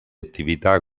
attività